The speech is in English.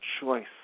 choice